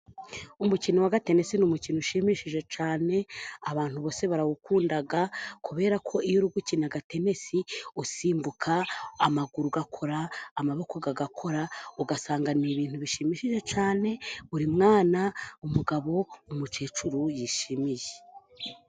Umukino w'agatenesi ni umukino ushimishije cyane, abantu bose barawukunda, kubera ko iyo uri gukina tenisi, usimbuka amaguru agakora, amaboko agakora, ugasanga ni ibintu bishimishije cyane, buri mwana, umugabo, umukecuru yishimiye.